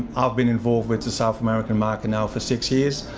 i've been involved with the south american market now for six years.